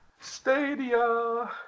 stadia